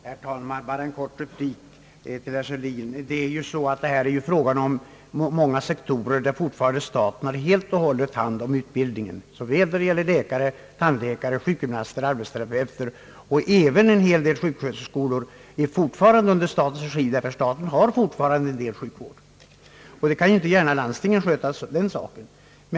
Herr talman! Bara en kort replik till herr Sörlin. Det är här fråga om många sektorer, där staten fortfarande helt och hållet har hand om utbildningen, detta när det gäller såväl läkare, tandläkare och sjukgymnaster som arbetsterapeuter. även en hel del sjuksköterskeskolor drivs i statens regi, ty staten har fortfarande hand om en hel del sjukvård. Då kan ju inte gärna landstingen helt sköta saken.